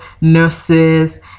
nurses